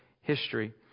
history